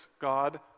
God